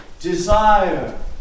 desire